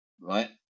right